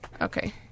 Okay